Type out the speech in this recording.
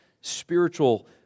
Spiritual